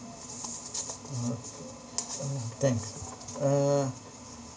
uh uh thanks uh